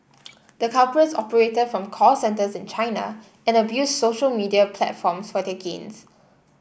the culprits operated from call centres in China and abused social media platforms for their gains